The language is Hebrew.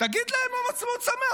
תגיד להם יום עצמאות שמח.